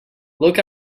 look